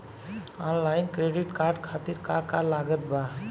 Online credit card खातिर का का लागत बा?